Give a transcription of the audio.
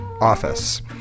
office